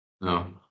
No